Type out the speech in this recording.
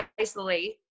isolate